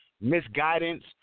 misguidance